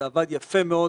זה עבד יפה מאוד.